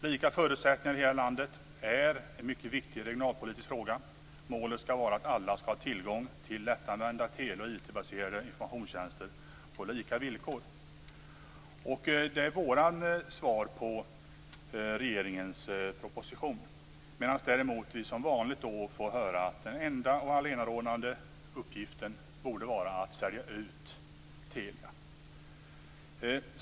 Lika förutsättningar i hela landet är en mycket viktig regionalpolitisk fråga. Målet skall vara att alla skall ha tillgång till lättanvända tele och IT-baserade informationstjänster på lika villkor. Det är vårt svar på regeringens proposition, medan vi som vanligt får höra att den enda och allenarådande uppgiften borde vara att sälja ut Telia.